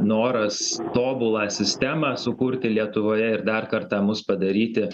noras tobulą sistemą sukurti lietuvoje ir dar kartą mus padaryti